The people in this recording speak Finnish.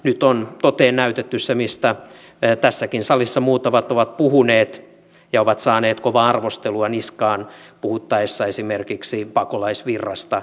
nyt on toteen näytetty se mistä tässäkin salissa muutamat ovat puhuneet ja ovat saaneet kovaa arvostelua niskaan puhuttaessa esimerkiksi pakolaisvirrasta